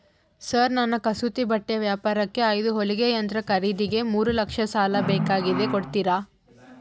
Sir ನನ್ನ ಕಸೂತಿ ಬಟ್ಟೆ ವ್ಯಾಪಾರಕ್ಕೆ ಐದು ಹೊಲಿಗೆ ಯಂತ್ರ ಖರೇದಿಗೆ ಮೂರು ಲಕ್ಷ ಸಾಲ ಬೇಕಾಗ್ಯದ ಕೊಡುತ್ತೇರಾ?